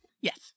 Yes